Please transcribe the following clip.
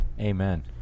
Amen